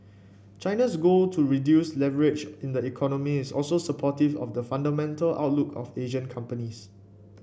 China's goal to reduce leverage in the economy is also supportive of the fundamental outlook of Asian companies